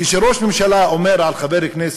כשראש ממשלה אומר על חבר כנסת,